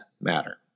matter